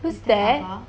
whose that